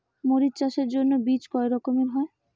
মরিচ চাষের জন্য বীজ কয় রকমের হয়?